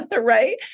right